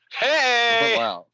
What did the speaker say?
Hey